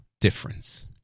difference